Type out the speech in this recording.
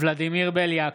נגד ולדימיר בליאק,